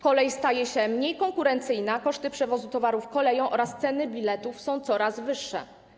Kolej staje się mniej konkurencyjna, koszty przewozu towarów koleją oraz ceny biletów są coraz wyższe.